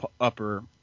upper